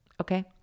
Okay